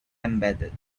embedded